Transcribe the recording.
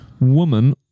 Woman